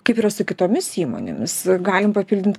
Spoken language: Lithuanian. kaip yra su kitomis įmonėmis galim papildint